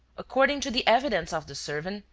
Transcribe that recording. according to the evidence of the servant,